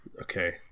Okay